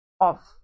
off